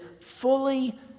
fully